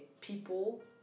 people